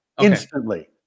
instantly